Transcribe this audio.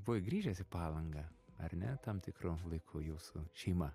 buvai grįžęs į palangą ar ne tam tikru laiku jūsų šeima